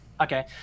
Okay